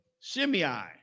Shimei